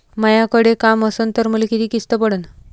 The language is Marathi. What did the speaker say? मायाकडे काम असन तर मले किती किस्त पडन?